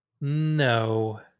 no